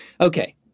Okay